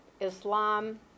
Islam